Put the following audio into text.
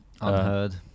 Unheard